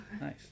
Nice